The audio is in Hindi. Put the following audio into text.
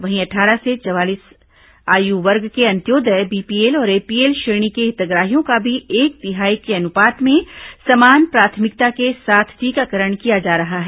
वहीं अट्ठारह से चवालीस आयु वर्ग के अंत्योदय बीपीएल और एपीएल श्रेणी के हितग्राहियों का भी एक तिहाई के अनुपात में समान प्राथमिकता के साथ टीकाकरण किया जा रहा है